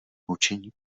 hučení